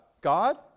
God